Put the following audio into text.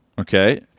okay